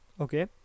okay